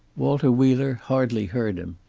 walter wheeler hardly heard him.